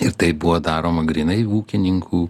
ir tai buvo daroma grynai ūkininkų